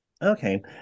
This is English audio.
Okay